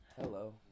Hello